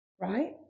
Right